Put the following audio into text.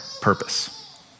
purpose